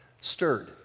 stirred